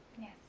Yes